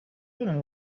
fallen